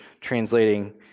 translating